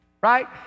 Right